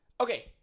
Okay